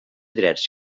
drets